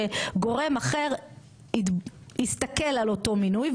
שגורם אחר יסתכל על אותו מינוי,